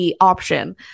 option